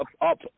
up